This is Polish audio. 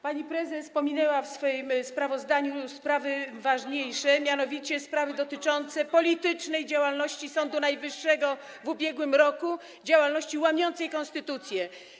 Pani prezes pominęła w swym sprawozdaniu sprawy ważniejsze, mianowicie sprawy dotyczące politycznej działalności Sądu Najwyższego w ubiegłym roku, działalności łamiącej konstytucję.